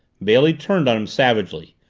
bailey turned on him savagely.